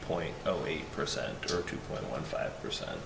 point zero eight percent or two point one five percent